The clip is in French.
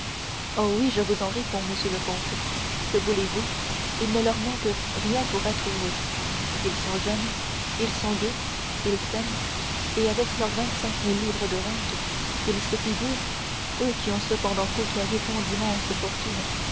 pensée oh oui je vous en réponds monsieur le comte que voulez-vous il ne leur manque rien pour être heureux ils sont jeunes ils sont gais ils s'aiment et avec leurs vingt-cinq mille livres de rente ils se figurent eux qui ont cependant côtoyé tant d'immenses fortunes